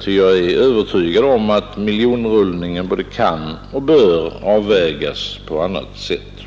ty jag är övertygad om att miljonrullning både kan och bör avvägas på annat sätt.